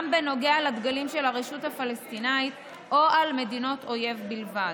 בנוגע לדגלים של הרשות הפלסטינית או על מדינות אויב בלבד.